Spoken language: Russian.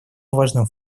важным